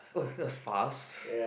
oh that was fast